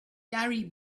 gary